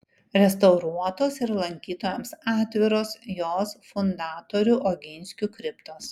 restauruotos ir lankytojams atviros jos fundatorių oginskių kriptos